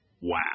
Wow